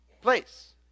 place